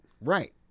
Right